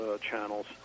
channels